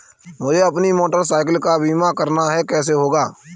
मुझे अपनी motorcycle का बीमा करना है कैसे होगा?